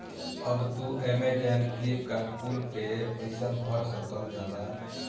अब तू Amazon, Flipkart कुल पे पईसा भर सकल जाला